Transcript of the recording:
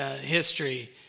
history